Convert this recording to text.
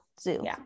zoo